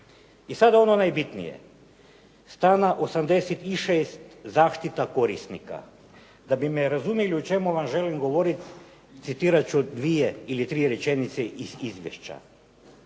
I sad ono najbitnije. Strana 86., zaštita korisnika. Da bi me razumjeli u čemu vam želim govoriti, citirati ću dvije ili tri rečenice iz izvješća.